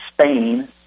Spain